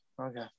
okay